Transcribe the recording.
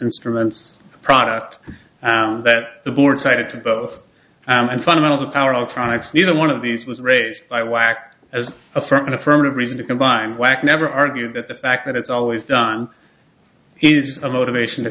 instruments product that the board cited to both and fundamentals of power on products neither one of these was raised by whack as a from an affirmative reason to combine black never argue that the fact that it's always done he's a motivation to